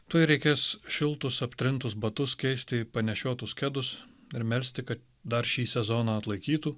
tuoj reikės šiltus aptrintus batus keisti panešiotus kedus ir melsti kad dar šį sezoną atlaikytų